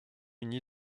uni